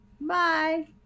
Bye